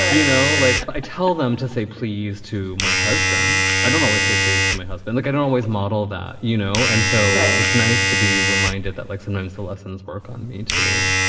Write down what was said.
ah you know, like i tell them to say, please to my husband. i don't always say please to my husband. look, i don't always model that, you know. and so it's nice to be reminded that like sometimes the lessons work on me, too,